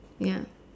ya